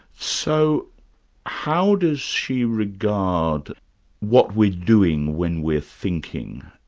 so how does she regard what we're doing when we're thinking?